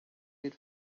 did